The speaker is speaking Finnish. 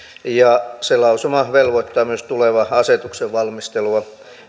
se lausuma velvoittaa myös tulevan asetuksen valmistelua